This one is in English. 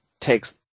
takes